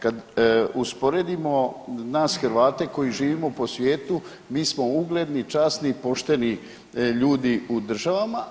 Kad usporedimo nas Hrvate koji živimo po svijetu mi smo ugledni, časni, pošteni ljudi u državama.